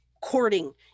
courting